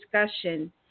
discussion